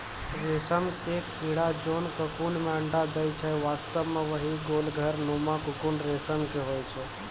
रेशम के कीड़ा जोन ककून मॅ अंडा दै छै वास्तव म वही गोल घर नुमा ककून रेशम के होय छै